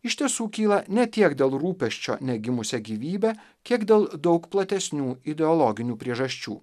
iš tiesų kyla ne tiek dėl rūpesčio negimusia gyvybe kiek dėl daug platesnių ideologinių priežasčių